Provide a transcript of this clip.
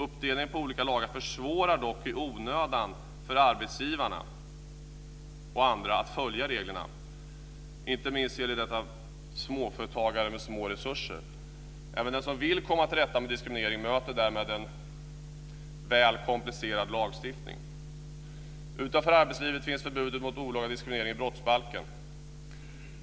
Uppdelningen på olika lagar försvårar dock i onödan för arbetsgivare och andra att följa reglerna. Det gäller inte minst småföretagare med små resurser. Även den som vill komma till rätta med diskriminering möter därmed en väl komplicerad lagstiftning. Utanför arbetslivet finns det förbud mot olaga diskriminering i brottsbalken.